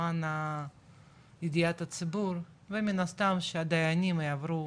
למען ידיעת הציבור ומן הסתם שהדיינים יעברו